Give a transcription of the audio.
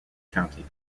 county